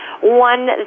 one